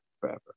forever